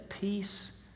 Peace